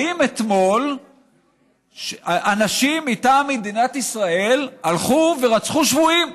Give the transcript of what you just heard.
האם אתמול אנשים מטעם מדינת ישראל הלכו ורצחו שבויים?